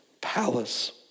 palace